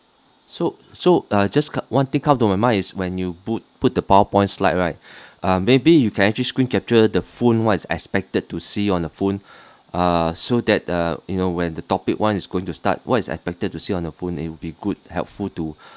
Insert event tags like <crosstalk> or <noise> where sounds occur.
so so uh just c~ one thing come to my mind is when you pu~ put the power point slide right <breath> maybe you can actually screen capture the phone what is expected to see on the phone <breath> uh so that uh you know when the topic one is going to start what is expected to see on the phone it will be good helpful to <breath>